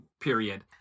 period